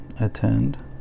attend